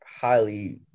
highly